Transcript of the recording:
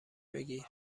بگیر